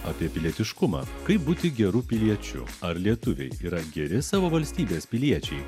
apie pilietiškumą kaip būti geru piliečiu ar lietuviai yra geri savo valstybės piliečiai